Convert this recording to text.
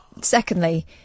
Secondly